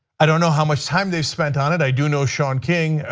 i don't know how much time they spent on it, i do know shawn king,